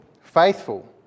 faithful